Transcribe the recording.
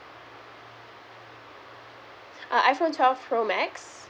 uh iphone tweleve pro max